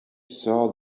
saw